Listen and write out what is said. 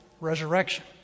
resurrection